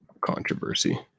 controversy